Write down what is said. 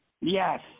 Yes